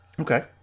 Okay